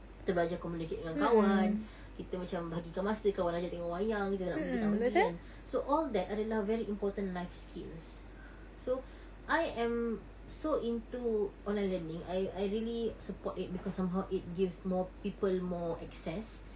kita belajar communicate kita macam bagikan masa kawan ajak pergi tengok wayang kita nak pergi ke tak pergi kan so all that adalah very important life skills so I am so into online learning I I really support it because somehow it gives more people more access